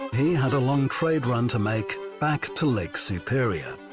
he had a long trade run to make back to lake superior.